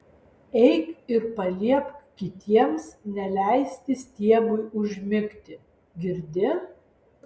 eik ir paliepk kitiems neleisti stiebui užmigti girdi